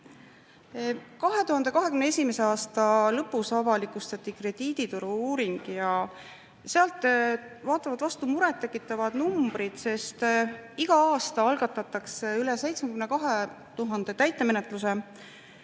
2021. aasta lõpus avalikustati krediidituru uuring ja sealt vaatavad vastu muret tekitavad numbrid, sest igal aastal algatatakse üle 72 000 täitemenetluse.